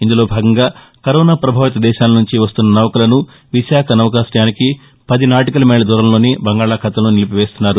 ఇందులో భాగంగా కరోనా ప్రభావిత దేశాల నుంచి వస్తున్న నౌకలను విశాఖ నౌకాశయానికి పది నాటికల్ మైళ్ల దూరంలోనే బంగాళాఖాతంలో నిలిపివేస్తున్నారు